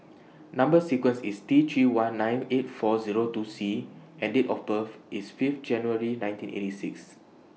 Number sequence IS T three one nine eight four Zero two C and Date of birth IS Fifth January nineteen eighty six